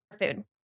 food